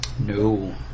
No